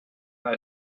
are